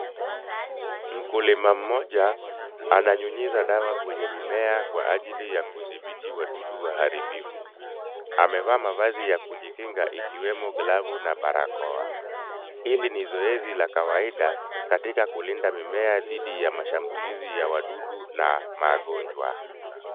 Mkulima mmoja ananyunyiza dawa kwenye mimea kwa ajili ya kudhibiti wadudu waharibifu .Amevaa mavazi ya kujikinga ikiwemo glavu na barakoa, hili ni zoezi la kawaida katika kulinda mimea dhidi ya mashambulizi ya wadudu na magonjwa .